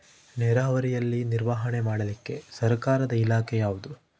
ನೇರಾವರಿಯಲ್ಲಿ ನಿರ್ವಹಣೆ ಮಾಡಲಿಕ್ಕೆ ಸರ್ಕಾರದ ಇಲಾಖೆ ಯಾವುದು?